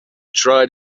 tried